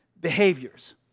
behaviors